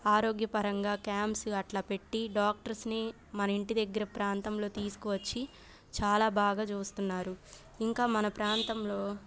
ఆరోగ్యపరంగా క్యాంప్స్ అట్లా పెట్టి డాక్టర్స్ని మనింటి దగ్గర ప్రాంతంలో తీసుకువచ్చి చాలా బాగా చూస్తున్నారు ఇంకా మన ప్రాంతంలో